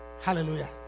Hallelujah